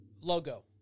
Logo